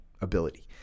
ability